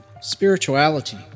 spirituality